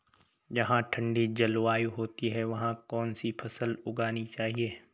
जहाँ ठंडी जलवायु होती है वहाँ कौन सी फसल उगानी चाहिये?